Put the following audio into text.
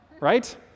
right